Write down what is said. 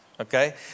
okay